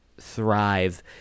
thrive